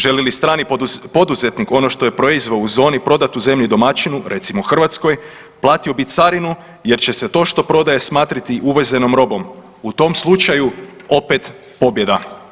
Želi li strani poduzetnik ono što je proizveo u zoni prodati u zemlji domaćinu, recimo Hrvatskoj, platio bi carinu jer će se to što prodaje smatrati uvezenom robom, u tom slučaju, opet pobjeda.